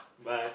but